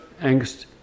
angst